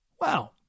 wow